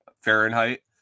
Fahrenheit